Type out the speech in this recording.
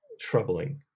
troubling